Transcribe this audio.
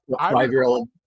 five-year-old